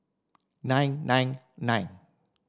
nine nine nine